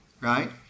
right